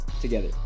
together